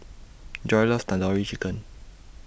Joi loves Tandoori Chicken